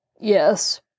Yes